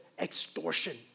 extortion